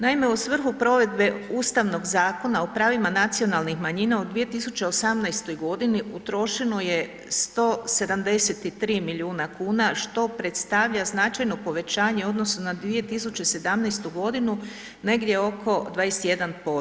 Naime, u svrhu provedbe Ustavnog Zakona o pravima nacionalnih manjina u 2018.g. utrošeno je 173 milijuna kuna, što predstavlja značajno povećanje u odnosu na 2017.g. negdje oko 21%